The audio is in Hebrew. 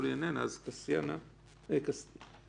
לא מאשימים אותך שלא היית